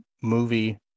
movie